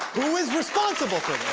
who is responsible for